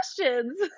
questions